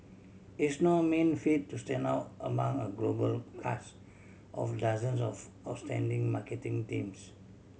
it's no mean feat to stand out among a global cast of dozens of outstanding marketing teams